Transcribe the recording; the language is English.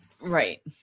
right